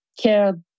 care